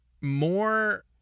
more